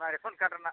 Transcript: ᱚᱱᱟ ration card ᱨᱮᱱᱟᱜ